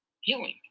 healing